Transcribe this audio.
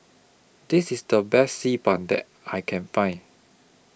This IS The Best Xi Ban that I Can Find